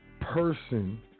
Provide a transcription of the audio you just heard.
person